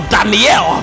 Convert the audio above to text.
Daniel